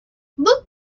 look